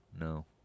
no